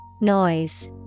Noise